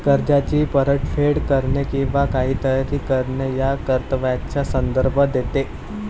कर्जाची परतफेड करणे किंवा काहीतरी करणे या कर्तव्याचा संदर्भ देते